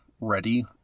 ready